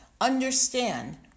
Understand